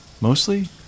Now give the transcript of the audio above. Mostly